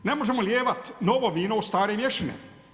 Ne možemo lijevat novo vino u stare mješine.